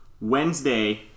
Wednesday